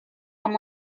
amb